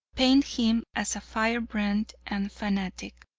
paint him as a firebrand and fanatic.